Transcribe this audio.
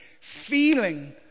Feeling